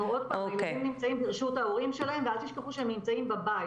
הילדים נמצאים ברשות ההורים שלהם ואל תשכחו שהם נמצאים בבית.